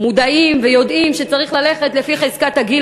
מודעים ויודעים שצריך ללכת לפי חזקת הגיל